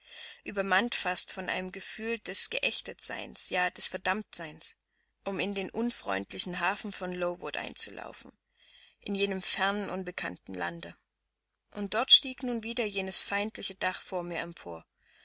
übermannt fast von einem gefühl des geächtetseins ja des verdammtseins um in den unfreundlichen hafen von lowood einzulaufen in jenem fernen unbekannten lande und dort stieg nun wieder jenes feindliche dach vor mir empor